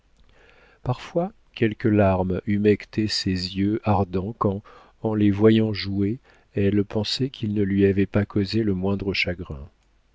parfois quelques larmes humectaient ses yeux ardents quand en les voyant jouer elle pensait qu'ils ne lui avaient pas causé le moindre chagrin